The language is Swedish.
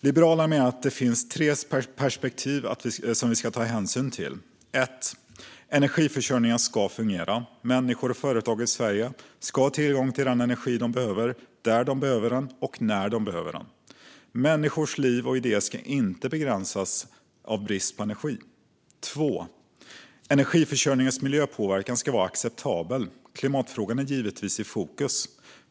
Liberalerna menar att det finns tre perspektiv som vi ska ta hänsyn till: Energiförsörjningen ska fungera. Människor och företag i Sverige ska ha tillgång till den energi de behöver, där de behöver den och när de behöver den. Människors liv och idéer ska inte begränsas av brist på energi. Energiförsörjningens miljöpåverkan ska vara acceptabel. Klimatfrågan är givetvis i fokus.